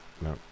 No